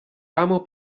ramo